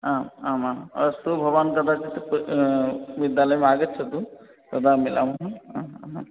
आम् आम् आम् अस्तु भवान् कदाचित् विद्यालयं आगच्छतु तदा मिलामः ह ह